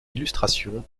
illustrations